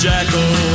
Jackal